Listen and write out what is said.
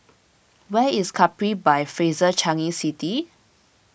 where is Capri by Fraser Changi City